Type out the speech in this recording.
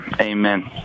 Amen